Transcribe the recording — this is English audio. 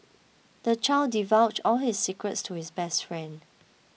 the child divulged all his secrets to his best friend